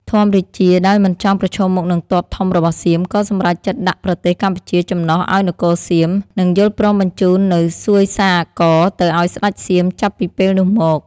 ធម្មរាជាដោយមិនចង់ប្រឈមមុខនិងទ័ពធំរបស់សៀម ក៏សម្រេចចិត្តដាក់ប្រទេសកម្ពុជាចំណុះឱ្យនគរសៀម និងយល់ព្រមបញ្ចូននូវសួយសារអាករទៅឱ្យស្ដេចសៀមចាប់ពីពេលនោះមក ។